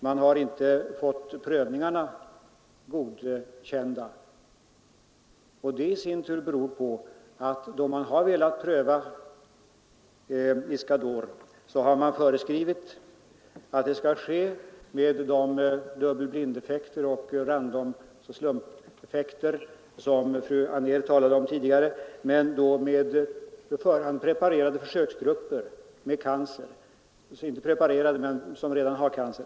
Man har inte fått prövningarna godkända, och det beror i sin tur på att då man har velat pröva Iscador har det föreskrivits att det skall ske med dubbelblindeffekter och slumpeffekter som fru Anér talade om tidigare, men då på försöksgrupper som redan har cancer.